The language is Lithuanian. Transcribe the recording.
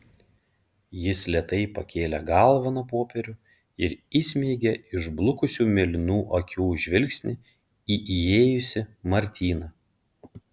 jis lėtai pakėlė galvą nuo popierių ir įsmeigė išblukusių mėlynų akių žvilgsnį į įėjusį martyną